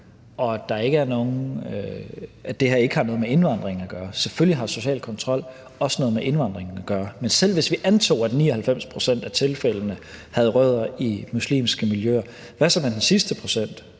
og at det her ikke har noget med indvandringen at gøre. Selvfølgelig har social kontrol også noget med indvandringen at gøre. Men selv hvis vi nu antog, at 99 pct. af tilfældene havde rødder i muslimske miljøer, hvad så med den sidste procent?